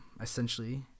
essentially